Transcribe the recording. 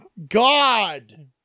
God